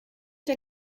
der